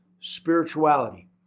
spirituality